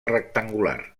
rectangular